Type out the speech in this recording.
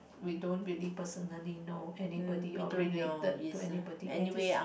we don't really personally know anybody or related anybody I just